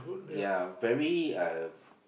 yeah very uh